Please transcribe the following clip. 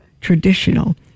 traditional